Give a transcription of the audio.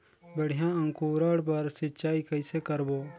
बढ़िया अंकुरण बर सिंचाई कइसे करबो?